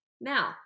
Now